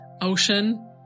ocean